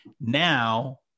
Now